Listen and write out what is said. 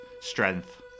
strength